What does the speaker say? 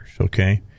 Okay